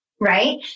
Right